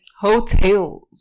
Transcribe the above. Hotels